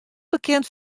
bekend